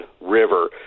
river